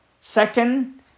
Second